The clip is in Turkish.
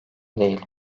değil